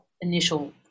initial